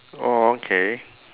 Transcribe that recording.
oh okay